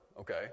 Okay